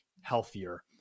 healthier